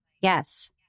yes